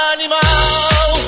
Animal